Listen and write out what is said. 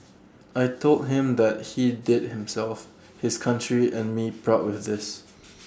I Told him that he did himself his country and me proud with this